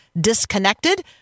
Disconnected